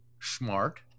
Smart